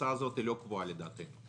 שההוצאה הזאת לא קבועה, לדעתי.